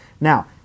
Now